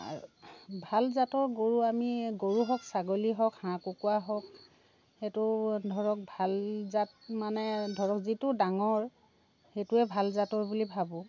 ভাল জাতৰ গৰু আমি গৰু হওক ছাগলী হওক হাঁহ কুকুৰা হওক সেইটো ধৰক ভাল জাত মানে ধৰক যিটো ডাঙৰ সেইটোৱে ভাল জাতৰ বুলি ভাবোঁ